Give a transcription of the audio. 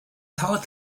thought